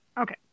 Okay